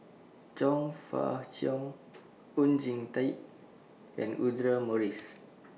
Chong Fah Cheong Oon Jin Teik and Audra Morrice